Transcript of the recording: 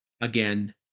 again